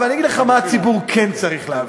אבל אני אגיד לך מה הציבור כן צריך להבין,